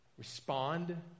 Respond